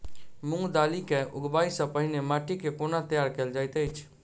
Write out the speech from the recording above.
मूंग दालि केँ उगबाई सँ पहिने माटि केँ कोना तैयार कैल जाइत अछि?